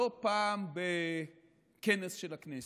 לא פעם בכנס של הכנסת,